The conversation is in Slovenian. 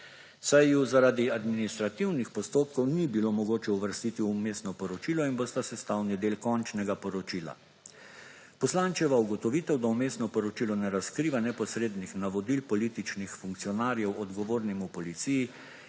saj ju zaradi administrativnih postopkov ni bilo mogoče uvrstiti v vmesno poročilo in bosta sestavni del končnega poročila. Poslančeva ugotovitev, da Vmesno poročilo ne razkriva neposrednih navodil političnih funkcionarjev odgovornim v policiji,